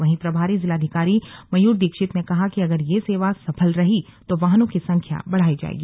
वहीं प्रभारी जिलाधिकारी मयूर दीक्षित ने कहा कि अगर यह सेवा सफल रही तो वाहनों की संख्या बढ़ायी जायेगी